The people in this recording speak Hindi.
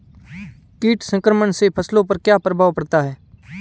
कीट संक्रमण से फसलों पर क्या प्रभाव पड़ता है?